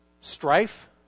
strife